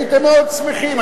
הייתם מאוד שמחים.